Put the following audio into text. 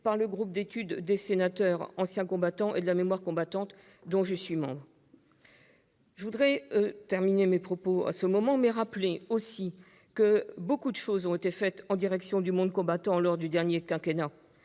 par le groupe d'études Sénateurs anciens combattants et de la mémoire combattante, dont je suis membre. Je voudrais terminer mon propos en rappelant que beaucoup de choses ont été faites en direction du monde combattant lors du dernier quinquennat,